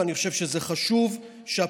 ואני חושב שזה חשוב שהפתרון,